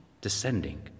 descending